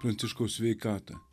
pranciškaus sveikatą